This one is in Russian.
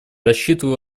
рассчитываю